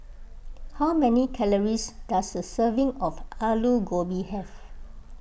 how many calories does a serving of Alu Gobi have